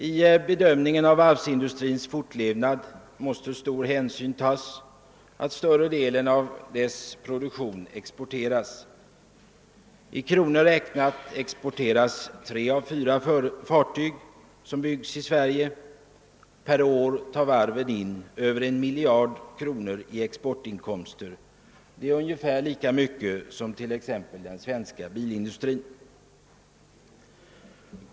I bedömningen av varvsindustrins fortlevnad måste stor hänsyn tas till att större delen av dess produktion exporteras. I kronor räknat exporteras tre av fyra fartyg som byggs i Sverige. Per år tar varven in över 1 miljard kronor i exportinkomster. Det är ungefär lika mycket som t.ex. den svenska bilindustrin.